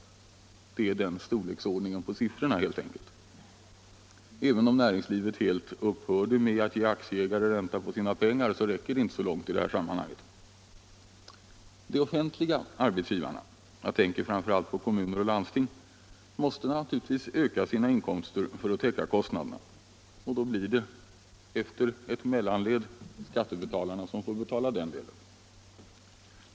Det är helt enkelt den storleksordningen på siffrorna. Även om näringslivet helt upphörde med att ge aktieägare ränta på sina pengar så räcker det inte långt i det här sammanhanget. De offentliga arbetsgivarna — jag tänker framför allt på kommuner och landsting — måste naturligtvis öka sina inkomster för att täcka kostnaderna, och då blir det efter ett mellanled skattebetalarna som får betala den delen.